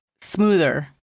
smoother